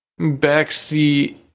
backseat